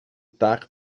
tag